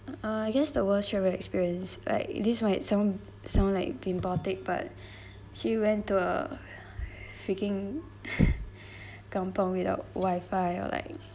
uh I guess the worst travel experience like this might sound sound like bimbotic but actually went to a freaking kampung without wifi or like